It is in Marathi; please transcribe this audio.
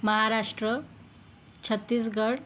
महाराष्ट्र छत्तीसगढ